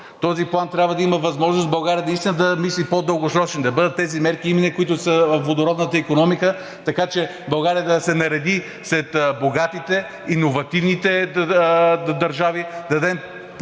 Този план трябва да има възможност България наистина да мисли по-дългосрочно, да бъдат именно тези мерки, които са във водородната икономика, така че България да се нареди сред богатите, иновативните държави. Да дадем път